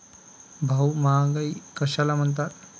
भाऊ, महागाई कशाला म्हणतात?